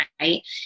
right